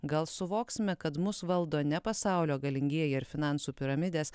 gal suvoksime kad mus valdo ne pasaulio galingieji ir finansų piramidės